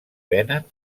venen